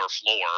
floor